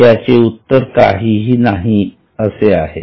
याचे उत्तर काहीही नाही असे आहे